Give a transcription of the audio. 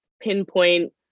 pinpoint